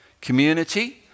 Community